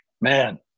man